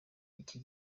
iki